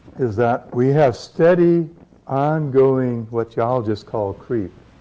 is that we have steady ongoing what geologists call creep.